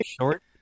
short